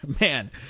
man